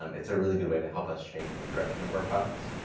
um it's a really good way to help us shape the direction of our products,